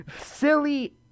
silly